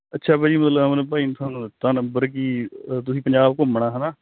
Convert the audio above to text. ਅੱਛਾ ਭਾਅ ਜੀ ਮਤਲਵ ਅਮਨ ਭਾਅ ਜੀ ਨੇ ਥੋਨੂੰ ਦਿੱਤਾ ਨੰਬਰ ਕੀ ਤੁਸੀਂ ਪੰਜਾਬ ਘੁੰਮਣਾ ਹਨਾ